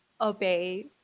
obey